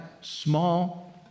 small